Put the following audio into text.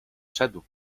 szedł